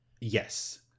Yes